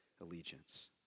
allegiance